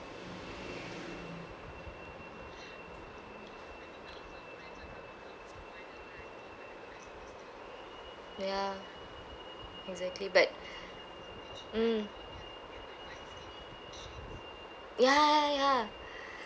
ya exactly but mm ya ya